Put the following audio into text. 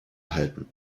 erhalten